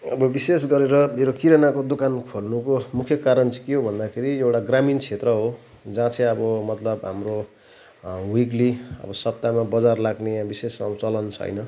अब विशेष गरेर मेरो किरानाको दोकान खोल्नुको मुख्य कारण चाहिँ के हो भन्दाखेरि एउटा ग्रामीण क्षेत्र हो जहाँ चाहिँ मतलब हाम्रो विक्ली अब सप्ताहमा बजार लाग्ने यहाँ विशेष चलन छैन